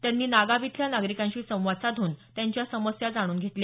त्यांनी नागाव इथल्या नागरिकांशी संवाद साधून त्यांच्या समस्या जाणून घेतल्या